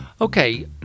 Okay